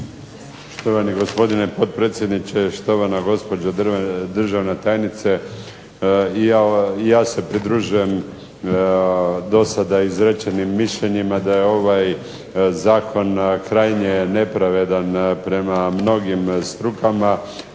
Štovani gospodine potpredsjedniče, štovana državna tajnice. Ja se pridružujem do sada izrečenim mišljenjima da je ovaj zakon krajnje nepravedan prema mnogim strukama